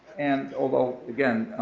and although, again,